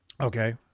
okay